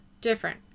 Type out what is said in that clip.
different